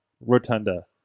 Rotunda